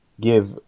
give